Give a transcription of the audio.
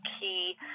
key